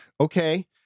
okay